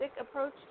approach